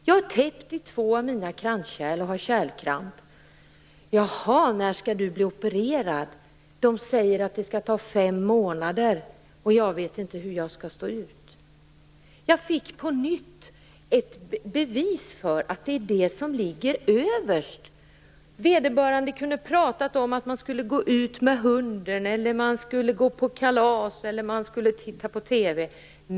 Jag har täppt i två av mina kranskärl och har kärlkramp." Hon frågade vidare: "När skall du bli opererad?" Han sade: "De säger att det skall ta fem månader, och jag vet inte hur jag skall stå ut." Jag fick på nytt ett bevis för att det är det som ligger överst. Vederbörande kunde ha pratat om att han skulle gå ut med hunden, gå på kalas eller titta på TV.